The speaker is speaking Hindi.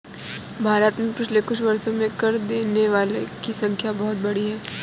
भारत में पिछले कुछ वर्षों में कर देने वालों की संख्या बहुत बढ़ी है